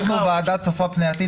אנחנו ועדה צופה פני עתיד,